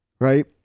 right